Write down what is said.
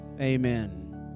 amen